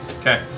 Okay